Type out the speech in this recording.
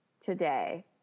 today